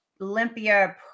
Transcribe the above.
Olympia